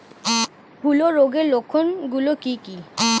হূলো রোগের লক্ষণ গুলো কি কি?